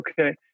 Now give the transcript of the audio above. okay